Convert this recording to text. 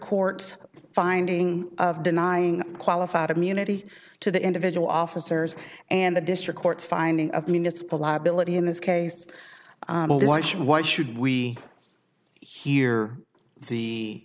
court's finding of denying qualified immunity to the individual officers and the district court finding of municipal liability in this case why should why should we hear the